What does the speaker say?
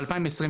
ב-2023.